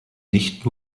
nicht